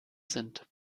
sind